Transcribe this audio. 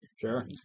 Sure